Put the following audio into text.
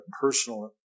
personal